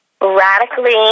radically